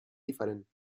diferent